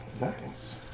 Nice